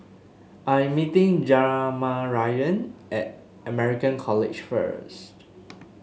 I'm meeting Jamarion at American College first